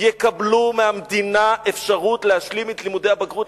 יקבלו מהמדינה אפשרות להשלים את לימודי הבגרות,